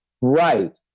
Right